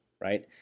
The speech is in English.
right